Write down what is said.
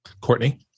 Courtney